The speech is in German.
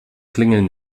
klingeln